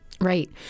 Right